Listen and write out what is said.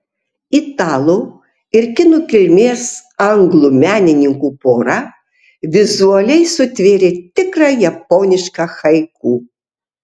italų ir kinų kilmės anglų menininkų pora vizualiai sutvėrė tikrą japonišką haiku